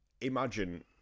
Imagine